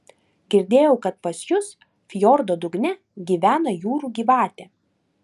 girdėjau kad pas jus fjordo dugne gyvena jūrų gyvatė